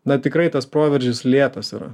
na tikrai tas proveržis lėtas yra